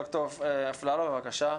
ד"ר אפללו, בבקשה.